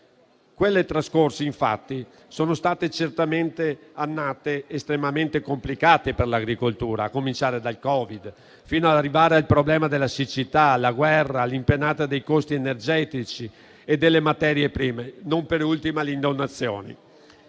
Quelle trascorse infatti sono state certamente annate estremamente complicate per l'agricoltura, a cominciare dal Covid fino ad arrivare al problema della siccità, alla guerra, all'impennata dei costi energetici e delle materie prime e, non ultimo, al